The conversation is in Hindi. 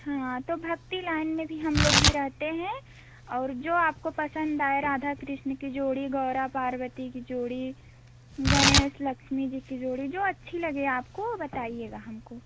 हाँ तो भक्ति लाइन में भी हम लोग भी रहते हैं और जो आपको पसंद आए राधा कृष्ण की जोड़ी गौरा पारवती की जोड़ी गणेश लक्ष्मी जी की जोड़ी जो अच्छी लगे आपको वह बताइएगा हमको